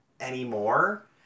anymore